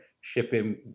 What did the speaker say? shipping